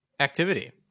Activity